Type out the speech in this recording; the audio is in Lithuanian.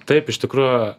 taip iš tikrųjų